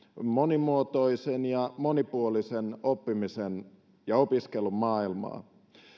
monimuotoisen ja monipuolisen oppimisen ja opiskelun maailma on osaltaan koulutuksen vahvuus